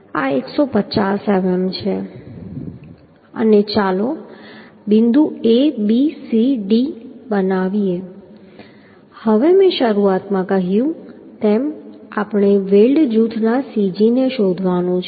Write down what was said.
આ 150 મીમી છે અને ચાલો બિંદુ A B C અને D બનાવીએ હવે મેં શરૂઆતમાં કહ્યું તેમ આપણે વેલ્ડ જૂથના cg ને શોધવાનું છે